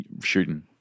shooting